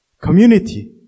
community